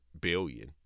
billion